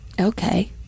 Okay